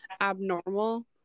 abnormal